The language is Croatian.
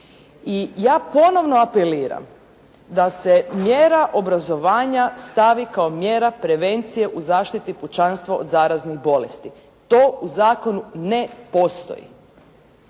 i ja ponovno apeliram da se mjera obrazovanja stavi kao mjera prevencije u zaštiti pučanstva od zaraznih bolesti. To u zakonu ne postoji.